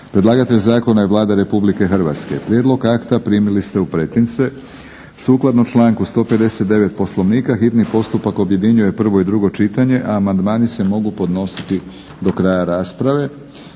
Predlagatelj zakona je Vlada Republike Hrvatske. Prijedlog akta primili ste u pretince. Sukladno članku 159. Poslovnika hitni postupak objedinjuje prvo i drugo čitanje, a amandmani se mogu podnositi do kraja rasprave.